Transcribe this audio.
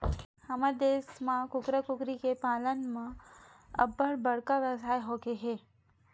हमर देस म कुकरा, कुकरी के पालन ह अब्बड़ बड़का बेवसाय होगे हे